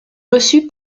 reçue